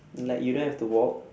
like you don't have to walk